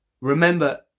remember